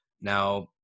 now